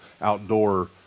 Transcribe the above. outdoor